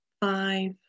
Five